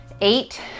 eight